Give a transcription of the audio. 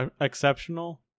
exceptional